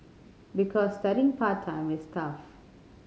because studying part time is tough